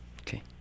Okay